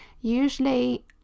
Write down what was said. usually